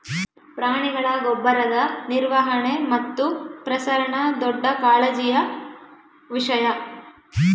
ಪ್ರಾಣಿಗಳ ಗೊಬ್ಬರದ ನಿರ್ವಹಣೆ ಮತ್ತು ಪ್ರಸರಣ ದೊಡ್ಡ ಕಾಳಜಿಯ ವಿಷಯ